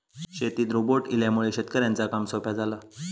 शेतीत रोबोट इल्यामुळे शेतकऱ्यांचा काम सोप्या झाला